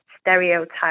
stereotype